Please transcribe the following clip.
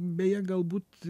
beje galbūt